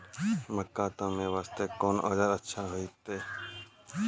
मक्का तामे वास्ते कोंन औजार अच्छा होइतै?